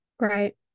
Right